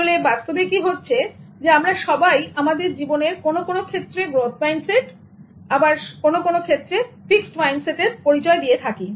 আসলে বাস্তবে কি হচ্ছে আমরা সবাই আমাদের জীবনের কোন কোন ক্ষেত্রে গ্রোথ মাইন্ডসেট আবার সবারই কোন কোন ক্ষেত্রে ফিক্সড মাইন্ডসেট থাকে